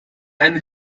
eine